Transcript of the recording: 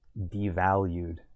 devalued